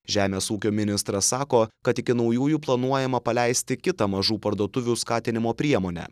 žemės ūkio ministras sako kad iki naujųjų planuojama paleisti kitą mažų parduotuvių skatinimo priemonę